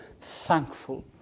thankful